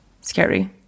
Scary